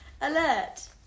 alert